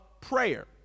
prayer